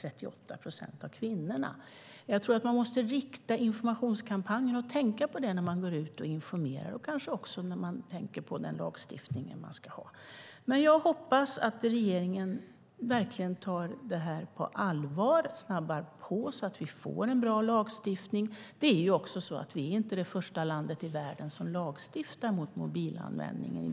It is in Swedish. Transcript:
Man måste rikta informationskampanjerna och tänka på dessa saker när lagstiftningen utformas. Jag hoppas att regeringen verkligen tar frågan på allvar och snabbar på så att det blir en bra lagstiftning. Sverige är inte det första landet i världen som lagstiftar mot mobilanvändning.